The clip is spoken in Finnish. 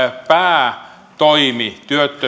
päätoimi